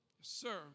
sir